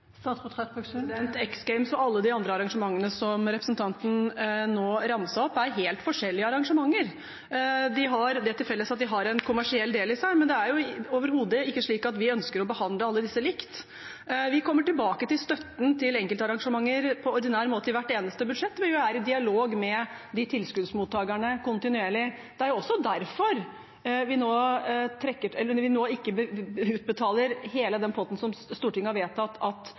og alle de andre arrangementene som representanten nå ramset opp, er helt forskjellige arrangementer. De har det til felles at de har en kommersiell del i seg, men det er overhodet ikke slik at vi ønsker å behandle alle disse likt. Vi kommer tilbake til støtten til enkeltarrangementer på ordinær måte i hvert eneste budsjett. Vi vil være i dialog med de tilskuddsmottakerne kontinuerlig. Det er også derfor vi nå ikke utbetaler hele den potten som Stortinget har vedtatt at